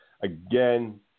Again